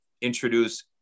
introduce